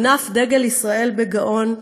הונף דגל ישראל בגאון,